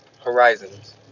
Horizons